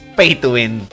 pay-to-win